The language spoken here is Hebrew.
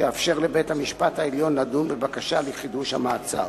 שיאפשר לבית-המשפט העליון לדון בבקשה לחידוש המעצר.